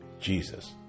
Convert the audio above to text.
Jesus